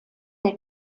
der